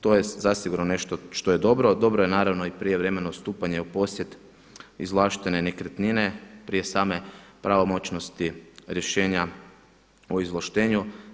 To je zasigurno nešto što je dobro a dobro je naravno i prijevremeno stupanje u posjet izvlaštene nekretnine prije same pravomoćnosti rješenja o izvlaštenju.